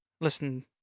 listen